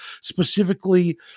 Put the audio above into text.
specifically